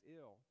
ill